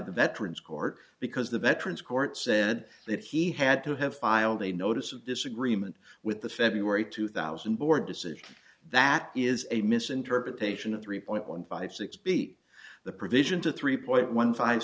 the veterans court because the veterans court said that he had to have filed a notice of disagreement with the feb two thousand board decision that is a misinterpretation of three point one five six b the provision to three point one five